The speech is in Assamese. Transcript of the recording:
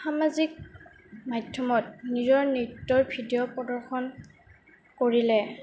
সামাজিক মাধ্যমত নিজৰ নৃত্যৰ ভিডিঅ' প্ৰদৰ্শন কৰিলে